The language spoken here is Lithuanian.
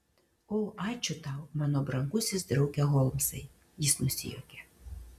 o ačiū tau mano brangusis drauge holmsai jis nusijuokė